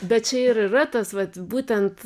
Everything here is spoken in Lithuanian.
bet čia ir yra tas vat būtent